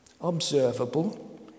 Observable